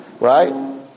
right